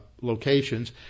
locations